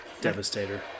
Devastator